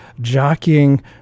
jockeying